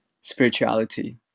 spirituality